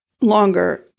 longer